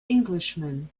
englishman